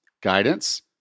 guidance